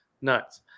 Nuts